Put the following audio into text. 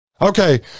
Okay